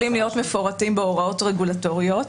מפורטים בהוראות רגולטוריות,